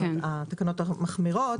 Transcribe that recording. התקנות המחמירות,